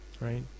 right